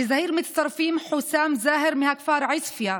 לזהיר מצטרפים חוסאם זאהר מהכפר עוספיא,